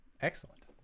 Excellent